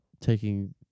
taking